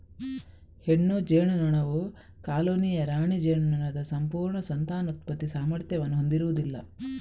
ಹೆಣ್ಣು ಜೇನುನೊಣವು ಕಾಲೋನಿಯ ರಾಣಿ ಜೇನುನೊಣದ ಸಂಪೂರ್ಣ ಸಂತಾನೋತ್ಪತ್ತಿ ಸಾಮರ್ಥ್ಯವನ್ನು ಹೊಂದಿರುವುದಿಲ್ಲ